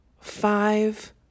five